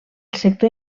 sector